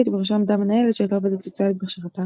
ובראשו עמדה מנהלת שהייתה עובדת סוציאלית בהכשרתה.